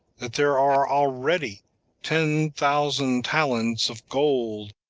that there are already ten thousand talents of gold,